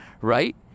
right